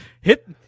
hit